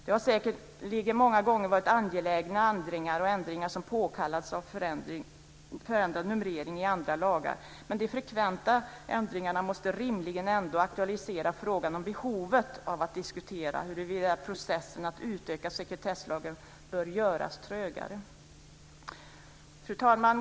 Det har säkerligen många gånger varit angelägna ändringar och ändringar som påkallats av förändrad numrering i andra lagar. Men de frekventa ändringarna måste rimligen aktualisera frågan om behovet av att diskutera huruvida processen att utöka sekretesslagen bör göras trögare. Fru talman!